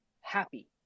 happy